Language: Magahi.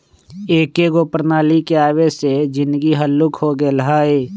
एकेगो प्रणाली के आबे से जीनगी हल्लुक हो गेल हइ